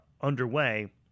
underway